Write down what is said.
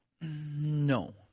No